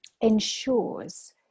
ensures